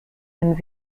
and